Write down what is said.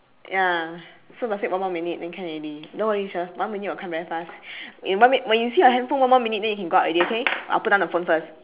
ya so must wait one more minute then can already don't worry shir one minute will come very fast in one minute when you see your handphone one more minute then you can go out already okay I will put down the phone first